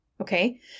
Okay